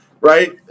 Right